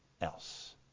else